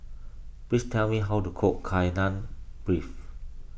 please tell me how to cook Kai Lan Beef